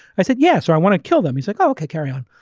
i said yes, so i want to kill them. he's like, ah okay, carry on.